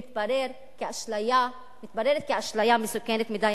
מתבררת כאשליה מסוכנת מדי.